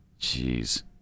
Jeez